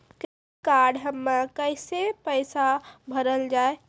Credit card हम्मे कैसे पैसा भरल जाए?